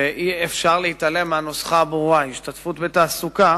אי-אפשר להתעלם מהנוסחה הברורה: השתתפות בתעסוקה